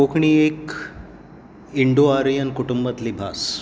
कोंकणी एक Indo Aryan कुंटुंबांतली भास